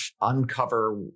uncover